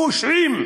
הפושעים,